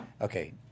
okay